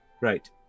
Right